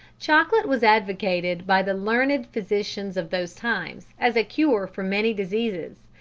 chocolate was advocated by the learned physicians of those times as a cure for many diseases,